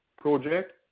project